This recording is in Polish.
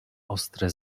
ostre